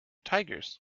tigers